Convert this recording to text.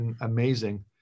amazing